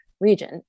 region